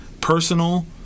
personal